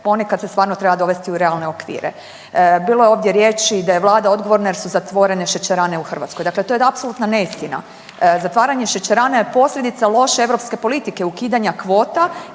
ponekad se stvarno treba dovesti u realne okvire. Bilo je ovdje riječi i da je vlada odgovorna jer su zatvorene šećerane u Hrvatskoj, dakle to je apsolutna neistina. Zatvaranje šećerana je posljedica loše europske politike ukidanja kvota